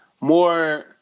more